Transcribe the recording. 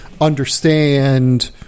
understand